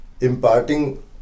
imparting